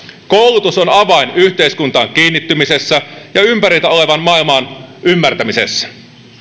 koulutus on avain yhteiskuntaan kiinnittymisessä ja ympärillä olevan maailman ymmärtämisessä